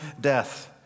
death